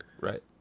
Right